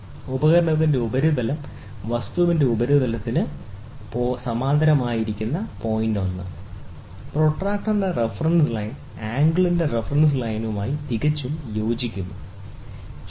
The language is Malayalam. ഉപകരണത്തിന്റെ ഉപരിതലം വസ്തുവിന്റെ ഉപരിതലത്തിന് സമാന്തരമായിരിക്കണം പോയിന്റ് നമ്പർ 1 പ്രൊട്ടക്റ്ററിന്റെ റഫറൻസ് ലൈൻ ആംഗിളിന്റെ റഫറൻസ് ലൈനുമായി തികച്ചും യോജിക്കുന്നു ശരി